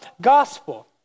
gospel